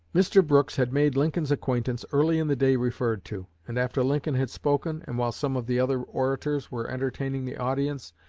mr. brooks had made lincoln's acquaintance early in the day referred to and after lincoln had spoken, and while some of the other orators were entertaining the audience,